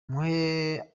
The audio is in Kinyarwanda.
muhe